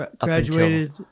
Graduated